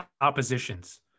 oppositions